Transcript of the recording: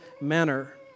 manner